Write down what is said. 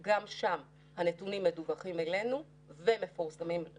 בידינו, ראינו שיש עודף תחלואה בשיעורי הסרטן.